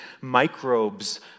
microbes